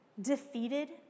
defeated